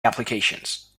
applications